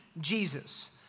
Jesus